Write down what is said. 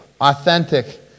authentic